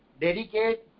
dedicate